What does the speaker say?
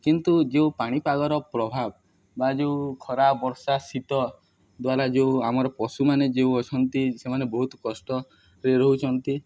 କିନ୍ତୁ ଯୋଉ ପାଣିପାଗର ପ୍ରଭାବ ବା ଯେଉଁ ଖରା ବର୍ଷା ଶୀତ ଦ୍ୱାରା ଯେଉଁ ଆମର ପଶୁମାନେ ଯେଉଁ ଅଛନ୍ତି ସେମାନେ ବହୁତ କଷ୍ଟରେ ରହୁଛନ୍ତି